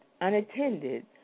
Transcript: unattended